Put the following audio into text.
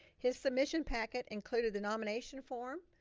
his submission packet, included the nomination form,